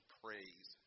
praise